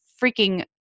freaking